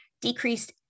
Decreased